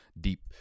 deep